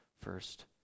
first